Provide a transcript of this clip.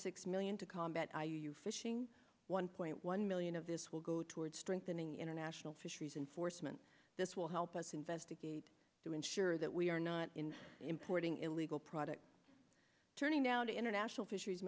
six million to combat are you fishing one point one million of this will go towards strengthening international fisheries and forstmann this will help us investigate to ensure that we are not in importing illegal products turning now to international fisheries